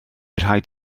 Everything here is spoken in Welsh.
rhaid